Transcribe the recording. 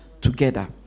together